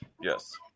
Yes